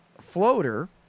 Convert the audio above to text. floater